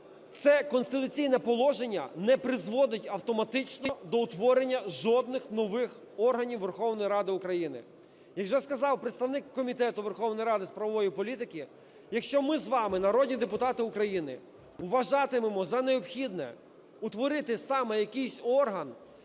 це конституційне положення не призводить автоматично до утворення жодних нових органів Верховної Ради України. Як вже сказав представник Комітету Верховної Ради з правової політики, якщо ми з вами, народні депутати України, вважатимемо за необхідне утворити саме якийсь орган,